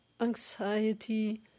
anxiety